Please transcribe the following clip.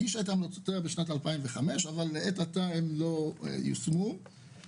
היא הגישה את ההמלצות בשנת 2005 אך הן לא יושמו עד עתה.